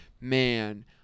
Man